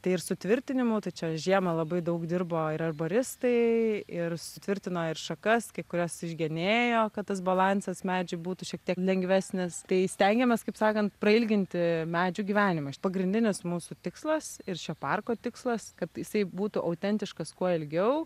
tai ir sutvirtinimų tai čia žiemą labai daug dirbo ir arboristai ir sutvirtino ir šakas kai kurias išgenėjo kad tas balansas medžiui būtų šiek tiek lengvesnis tai stengiamės kaip sakant prailginti medžių gyvenimą pagrindinis mūsų tikslas ir šio parko tikslas kad jisai būtų autentiškas kuo ilgiau